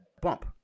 bump